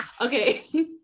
Okay